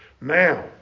Now